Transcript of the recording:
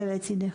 לליצדך.